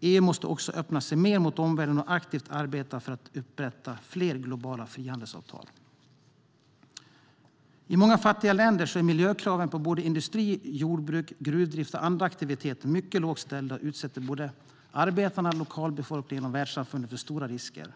EU måste också öppna sig mer mot omvärlden och aktivt arbeta för att upprätta fler globala frihandelsavtal. I många fattiga länder är miljökraven på såväl industri som jordbruk, gruvdrift och andra aktiviteter mycket lågt ställda och utsätter arbetarna, lokalbefolkningen och världssamfundet för stora risker.